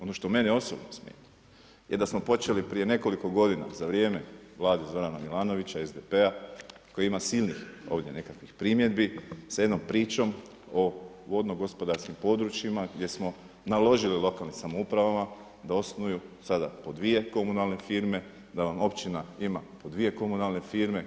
Ono što mene osobno smeta je da smo počeli prije nekoliko godina za vrijeme Vlade Zorana Milanovića i SDP-a koji ima ovdje silnih nekakvih primjedbi sa jednom pričom o vodno gospodarskim područjima gdje smo naložili lokalnim samoupravama da osnuju sada po dvije komunalne firme, da nam općina ima po dvije komunalne firme.